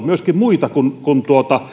myöskin muita kuin kuin